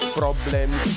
problems